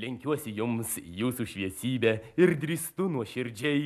lenkiuosi jums jūsų šviesybe ir drįstu nuoširdžiai